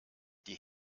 die